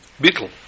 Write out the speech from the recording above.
Beetle